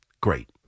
Great